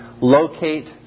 locate